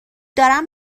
دارم